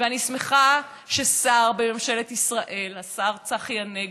ואני שמחה ששר בממשלת ישראל, השר צחי הנגבי,